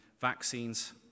vaccines